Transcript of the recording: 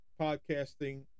podcasting